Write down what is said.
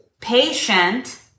patient